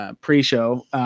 pre-show